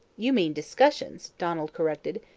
you mean discussions, donald corrected.